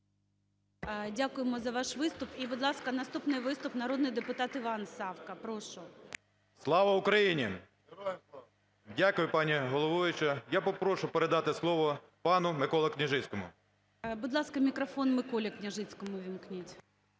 Дякуємо за ваш виступ. І, будь ласка, наступний виступ – народний депутат Іван Савка. Прошу. 10:28:44 САВКА І.І. Слава Україні! Дякую, пані головуюча. Я попрошу передати слово пану Миколі Княжицькому. ГОЛОВУЮЧИЙ. Будь ласка, мікрофон Миколі Княжицькому увімкніть.